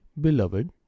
beloved